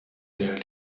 der